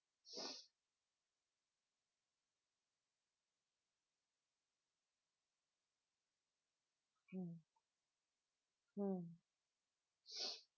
mm mm